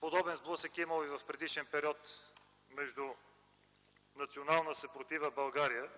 Подобен сблъсък е имало и в предишен период между Национална съпротива „България”,